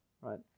right